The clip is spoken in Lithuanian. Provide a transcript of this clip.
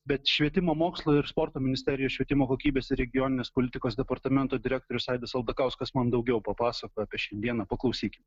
bet švietimo mokslo ir sporto ministerijos švietimo kokybės ir regioninės politikos departamento direktorius aidas aldakauskas man daugiau papasakojo apie šiandieną paklausykim